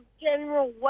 general